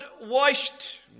washed